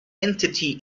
entity